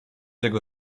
jego